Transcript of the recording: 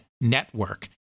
network